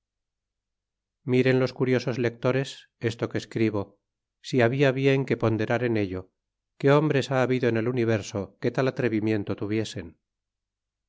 miren los curiosos lectores esto que escribo si habla bien que ponderar en ello que hombres ha habido en el universo que tal atrevimiento tuviesen